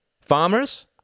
Farmers